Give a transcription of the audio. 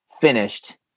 finished